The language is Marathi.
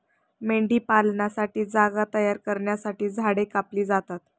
मेंढीपालनासाठी जागा तयार करण्यासाठी झाडे कापली जातात